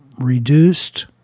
reduced